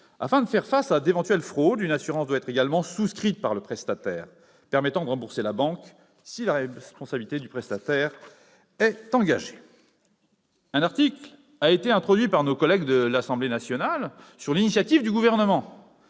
Afin de faire face à d'éventuelles fraudes, une assurance doit être également souscrite par le prestataire, permettant de rembourser la banque si la responsabilité du prestataire est engagée. Un article a été introduit par nos collègues de l'Assemblée nationale, sur l'initiative du Gouvernement,